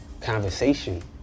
conversation